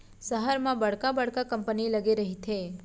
सहर म बड़का बड़का कंपनी लगे रहिथे